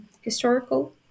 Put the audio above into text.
historical